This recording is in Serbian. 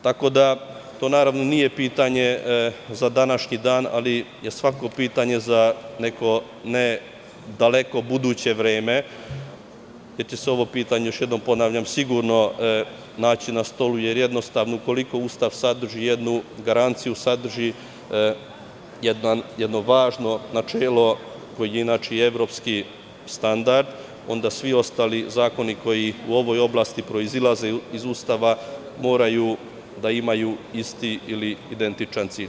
To nije pitanje za današnji dan, ali je svakako pitanje za neko ne daleko, buduće vreme, jer će se ovo pitanje, još jednom ponavljam, sigurno naći na stolu jer, jednostavno, ukoliko Ustav sadrži jednu garanciju, sadrži jedno važno načelo koje je evropski standard, onda svi ostali zakoni koji u ovoj oblasti proizilaze iz Ustava moraju da imaju isti ili identičan cilj.